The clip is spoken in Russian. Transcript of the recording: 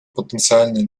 потенциальные